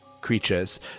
creatures